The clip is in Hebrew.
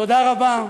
תודה רבה.